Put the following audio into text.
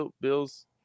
Bill's